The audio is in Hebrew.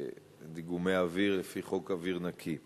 דיגומי אוויר לפי חוק אוויר נקי.